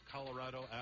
Colorado